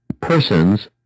Persons